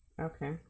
Okay